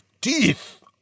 teeth